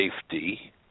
safety